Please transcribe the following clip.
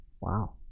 wow